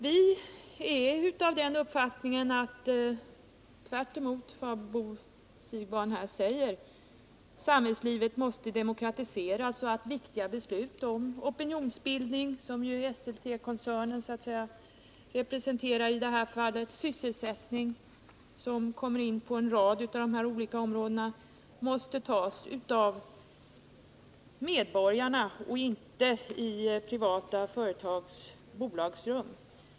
Vi har uppfattningen att tvärtemot vad Bo Siegbahn här säger måste samhällslivet demokratiseras. Viktiga beslut om opinionsbildningen — jag tänker här på Esseltekoncernen — och om sysselsättningen på en rad olika områden måste fattas av medborgarna och inte i privata företags bolagsrum.